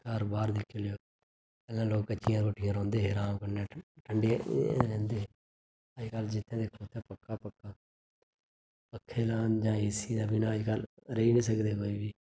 घर बाह्र दिक्खी लैओ पैह्लें लोग कच्चियें कोठियें रौंह्दे हे अराम कन्नै ठंडियें रैंहदे हे अज्ज कल जित्थें दिक्खो उत्थें पक्का गै पक्खे लान जां ए सी दे बिना अज्ज कल रेही निं सकदे कोई बी